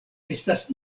estas